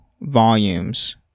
volumes